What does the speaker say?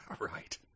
Right